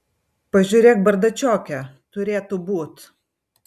pažiūrėk bardačioke turėtų būt